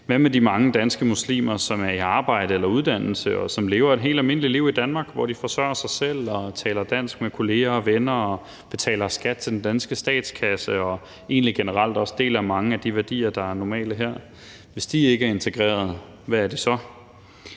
Hvad med de mange danske muslimer, som er i arbejde eller uddannelse, og som lever et helt almindeligt liv i Danmark, hvor de forsørger sig selv og taler dansk med kolleger og venner og betaler skat til den danske statskasse og egentlig generelt også deler mange af de værdier, der er normale her? Hvis de ikke er integreret, hvad er de så?